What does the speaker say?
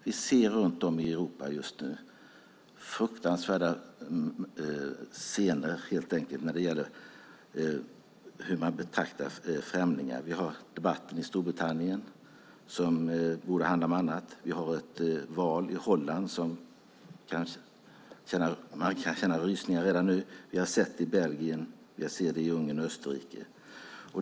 Vi ser just nu runt om i Europa fruktansvärda scener när det gäller hur man betraktar främlingar. Vi har debatten i Storbritannien, som borde handla om annat. Vi har ett val i Holland som man kan redan nu kan känna rysningar inför. Vi har sett det i Belgien, och vi ser det i Ungern och Österrike.